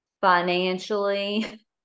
financially